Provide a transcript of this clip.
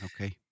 Okay